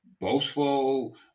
boastful